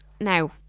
now